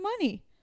money